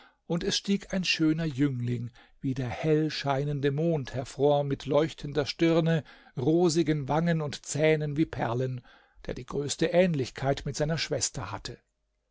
und es stieg ein schöner jüngling wie der hellscheinende mond hervor mit leuchtender stirne rosigen wangen und zähnen wie perlen der die größte ähnlichkeit mit seiner schwester hatte